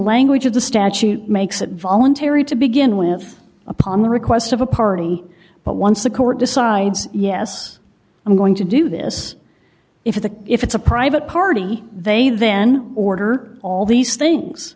language of the statute makes it voluntary to begin with upon the request of a party but once the court decides yes i'm going to do this if the if it's a private party they then order all these things